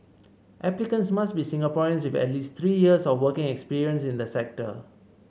applicants must be Singaporeans with at least three years of working experience in the sector